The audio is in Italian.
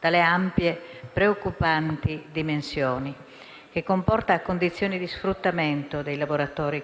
dalle ampie e preoccupanti dimensioni che comporta condizioni di sfruttamento dei lavoratori